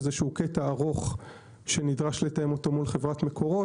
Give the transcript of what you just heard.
יש קטע ארוך שנדרש לתאם מול חברת מקורות,